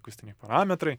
akustiniai parametrai